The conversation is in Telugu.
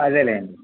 అదేలేండి